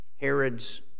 Herod's